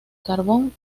carbón